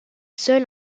seul